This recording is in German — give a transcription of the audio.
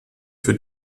für